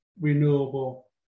renewable